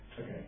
Okay